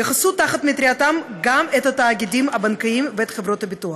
יכסו תחת מטרייתם גם את התאגידים הבנקאיים ואת חברות הביטוח.